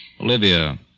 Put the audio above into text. Olivia